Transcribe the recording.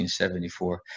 1974